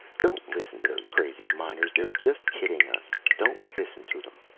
don't listen to those crazy miners! they're just kidding us! don't listen to them!